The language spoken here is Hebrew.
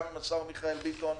גם עם השר מיכאל ביטון,